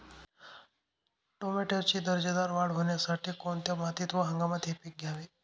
टोमॅटोची दर्जेदार वाढ होण्यासाठी कोणत्या मातीत व हंगामात हे पीक घ्यावे?